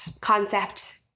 concept